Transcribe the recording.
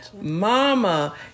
Mama